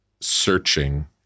searching